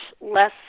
less